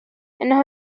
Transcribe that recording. إنه